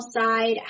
side